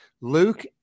Luke